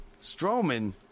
Strowman